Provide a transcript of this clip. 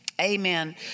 Amen